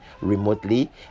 remotely